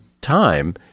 time